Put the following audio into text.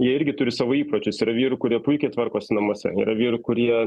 jie irgi turi savo įpročius yra vyrų kurie puikiai tvarkosi namuose yra vyrų kurie